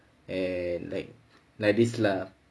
and like like this lah